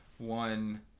One